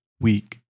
week